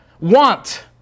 Want